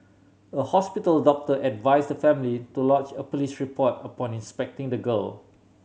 a hospital doctor advised the family to lodge a police report upon inspecting the girl